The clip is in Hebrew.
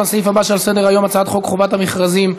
לסעיף שעל סדר-היום: הצעת חוק חובת המכרזים (תיקון,